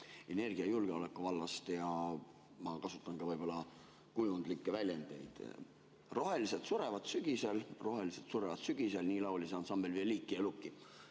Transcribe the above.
energiajulgeoleku vallast ja ma kasutan selleks võib-olla kujundlikke väljendeid. "Rohelised surevad sügisel, rohelised surevad sügisel" – nii laulis ansambel Velikije Luki.